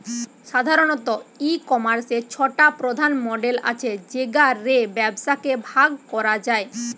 সাধারণত, ই কমার্সের ছটা প্রধান মডেল আছে যেগা রে ব্যবসাকে ভাগ করা যায়